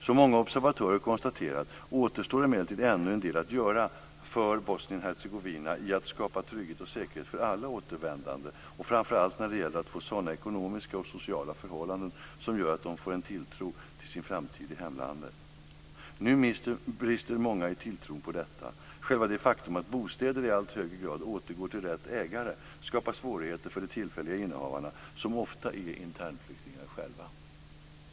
Som många observatörer konstaterat återstår emellertid ännu en del att göra för Bosnien Hercegovina i att skapa trygghet och säkerhet för alla återvändande och framför allt när det gäller att få sådana ekonomiska och sociala förhållanden som gör att de får en tilltro till sin framtid i hemlandet. Nu brister många i tilltron till detta. Själva det faktum att bostäder i allt högre grad återgår till rätt ägare skapar svårigheter för de tillfälliga innehavarna, som ofta är internflyktingar själva.